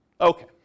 Okay